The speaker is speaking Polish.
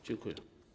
Dziękuję.